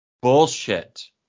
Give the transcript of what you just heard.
bullshit